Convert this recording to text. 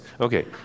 Okay